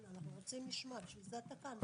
אנחנו רוצים לשמוע, בשביל זה אתה כאן.